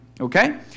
Okay